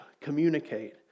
communicate